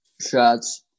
shots